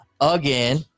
again